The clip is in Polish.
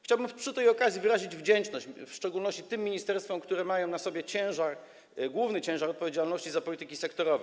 Chciałbym przy tej okazji wyrazić wdzięczność, w szczególności tym ministerstwom, które dźwigają na sobie ciężar, główny ciężar, odpowiedzialności za polityki sektorowe.